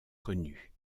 connue